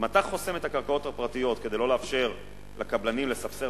אם אתה חוסם את הקרקעות הפרטיות כדי שלא לאפשר לקבלנים לספסר